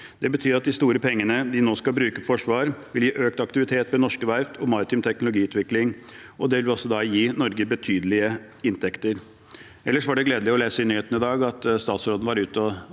Det betyr at de store pengene vi nå skal bruke på forsvar, vil gi økt aktivitet ved norske verft og maritim teknologiutvikling, og det vil også gi Norge betydelige inntekter. Ellers var det gledelig å lese i nyhetene i dag at statsråden var ute og